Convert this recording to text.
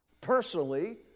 Personally